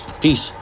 Peace